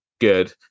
good